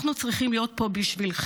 אנחנו צריכים להיות פה בשבילכם.